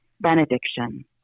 Benediction